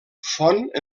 font